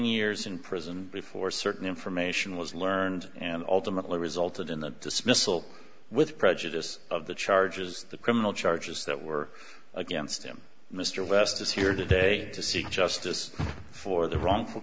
years in prison before certain information was learned and ultimately resulted in the dismissal with prejudice of the charges the criminal charges that were against him mr west is here today to seek justice for the wrong